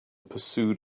pursuit